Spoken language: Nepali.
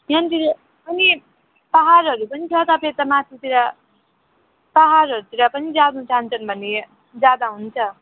यहाँनिर वहीँ पहाडहरू पनि छ तपाईँ यता माथितिर पहाडहरूतिर पनि जानु चाहन्छन् भने जाँदा हुन्छ